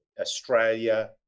Australia